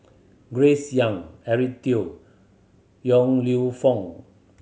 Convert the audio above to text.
Grace Young Eric Teo Yong Lew Foong